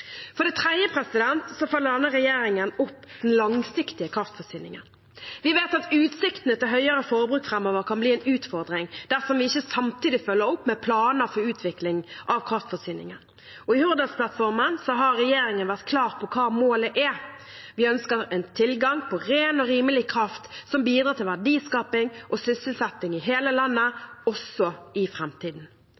For det tredje følger denne regjeringen opp den langsiktige kraftforsyningen. Vi vet at utsiktene til høyere forbruk framover kan bli en utfordring dersom vi ikke samtidig følger opp med planer for utvikling av kraftforsyningen. I Hurdalsplattformen har regjeringen vært klar på hva målet er: Vi ønsker en tilgang på ren og rimelig kraft som bidrar til verdiskaping og sysselsetting i hele landet,